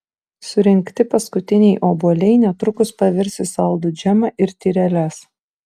surinkti paskutiniai obuoliai netrukus pavirs į saldų džemą ir tyreles